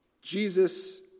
Jesus